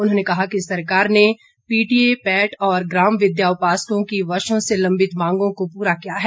उन्होंने कहा कि सरकार ने पीटीए पैट और ग्राम विद्या उपासकों की वर्षों से लंबित मांगों को पूरा किया है